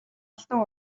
алдан